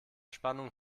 spannung